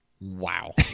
Wow